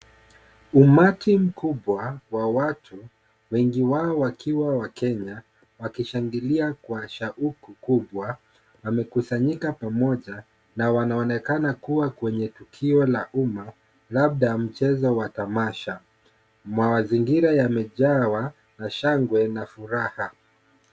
Umati mkubwa wa watu wengi wao wakiwa wakenya wakishangilia kwa shauku kubwa wamekusanyika pamoja na wanaonekana kuwa kwenye tukio la umma labda mchezo wa tamasha. Mazingira yamejawa na shangwe na furaha.